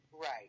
Right